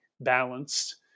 balanced